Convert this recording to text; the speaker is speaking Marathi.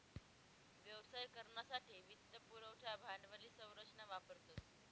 व्यवसाय करानासाठे वित्त पुरवठा भांडवली संरचना वापरतस